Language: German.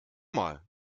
mal